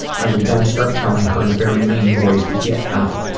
i would then start telling her in a very mean voice, to get out.